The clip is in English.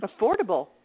Affordable